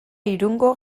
irungo